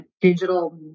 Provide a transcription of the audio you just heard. digital